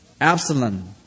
Absalom